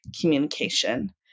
communication